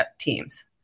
teams